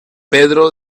pedro